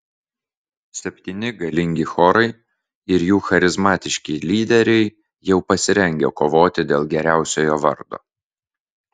septyni galingi chorai ir jų charizmatiški lyderiai jau pasirengę kovoti dėl geriausiojo vardo